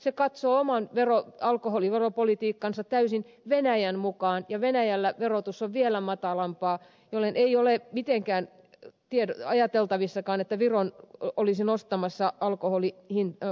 se katsoo oman alkoholiveropolitiikkansa täysin venäjän mukaan ja venäjällä verotus on vielä matalampaa jolloin ei ole mitenkään ajateltavissakaan että viro olisi nostamassa alkoholiverotustansa